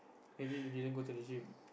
maybe you didn't go to the gym